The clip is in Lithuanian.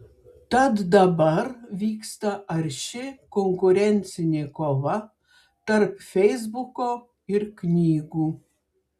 tad dabar vyksta arši konkurencinė kova tarp feisbuko ir knygų